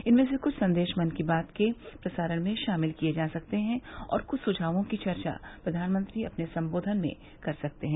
इनमें से कुछ संदेश मन की बात के प्रसारण में शामिल किए जा सकते हैं और कुछ सुझावों की चर्चा प्रघानमंत्री अपने संबोधन में कर सकते हैं